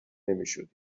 نمیشدیم